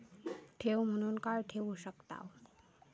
ठेव म्हणून काय ठेवू शकताव?